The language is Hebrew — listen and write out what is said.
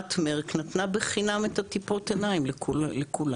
חברת מרק נתנה בחינם את הטיפות עיניים לכולם,